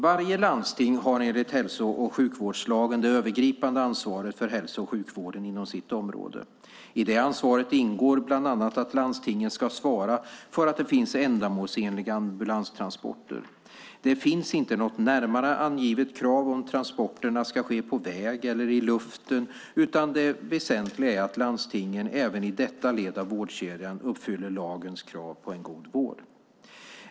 Varje landsting har enligt hälso och sjukvårdslagen det övergripande ansvaret för hälso och sjukvården inom sitt område. I det ansvaret ingår bland annat att landstingen ska svara för att det finns ändamålsenliga ambulanstransporter. Det finns inte något närmare angivet krav på om transporterna ska ske på väg eller i luften utan det väsentliga är att landstingen även i detta led av vårdkedjan uppfyller lagens krav på en god vård.